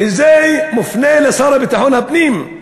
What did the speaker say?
וזה מופנה לשר לביטחון הפנים,